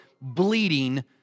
bleeding